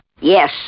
Yes